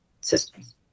systems